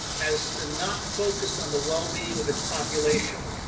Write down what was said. as to not focus on the well being of its population,